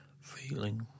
feeling